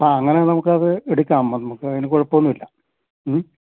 ആ അങ്ങനെ നമുക്കത് എടുക്കാം നമുക്കതിനു കുഴപ്പമൊന്നുമില്ല മ്മ്